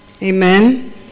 Amen